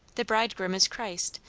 the bridegroom is christ.